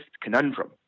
conundrum